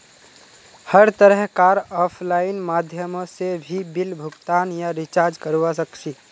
हर तरह कार आफलाइन माध्यमों से भी बिल भुगतान या रीचार्ज करवा सक्छी